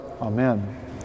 Amen